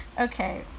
Okay